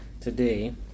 today